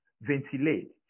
ventilate